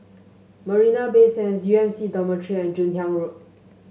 Marina Bay Sands U M C Dormitory and Joon Hiang Road